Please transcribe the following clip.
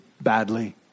badly